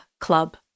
Club